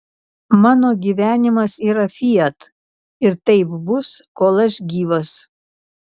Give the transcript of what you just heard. mano gyvenimas yra fiat ir taip bus kol aš gyvas